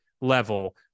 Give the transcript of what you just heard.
level